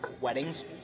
weddings